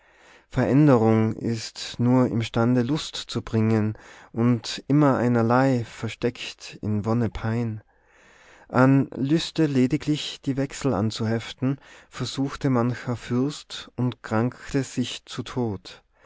veränderung ist nur im stande lust zu bringen und immereinerlei versteckt in wonne pein an lüste lediglich die wechsel anzuheften versuchte mancher fürst und krankte sich zu todt